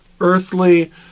earthly